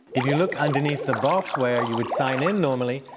if you look underneath the box where you would sign in normally,